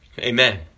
Amen